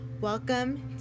Welcome